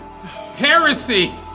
Heresy